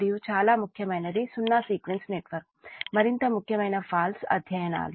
మరియు చాలా ముఖ్యమైనది సున్నా సీక్వెన్స్ నెట్వర్క్ మరింత ముఖ్యమైన ఫాల్ట్ అధ్యయనాలు